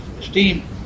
steam